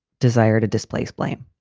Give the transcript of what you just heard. desire to displace blame